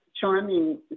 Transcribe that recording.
charming